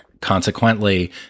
Consequently